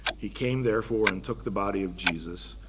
he came, therefore, and took the body of jesus.